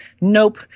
nope